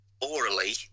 orally